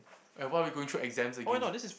eh why are we going through exams again